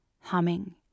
Humming